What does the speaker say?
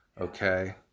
okay